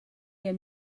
hear